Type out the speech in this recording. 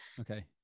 Okay